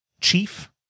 Chief